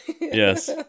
yes